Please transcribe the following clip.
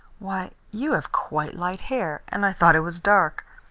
why, you have quite light hair, and i thought it was dark!